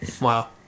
Wow